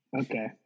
Okay